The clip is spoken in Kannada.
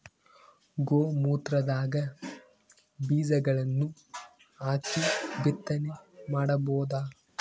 ಗೋ ಮೂತ್ರದಾಗ ಬೀಜಗಳನ್ನು ಹಾಕಿ ಬಿತ್ತನೆ ಮಾಡಬೋದ?